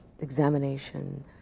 examination